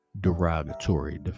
derogatory